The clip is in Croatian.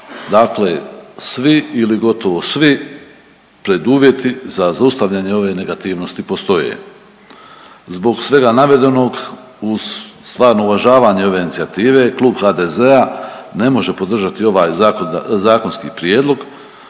dakle svi ili gotovo svi preduvjeti za zaustavljanje ove negativnosti postoje. Zbog svega navedenog uz stvarno uvažavanje ove inicijative Klub HDZ-a ne može podržati ovaj zakonski prijedlog,